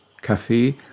Cafe